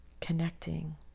connecting